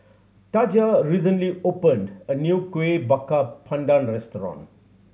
Taja recently opened a new Kuih Bakar Pandan restaurant